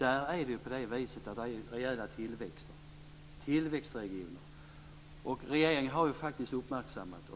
är det rejäl tillväxt. Det är tillväxtregioner. Regeringen har faktiskt uppmärksammat det.